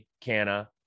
Canna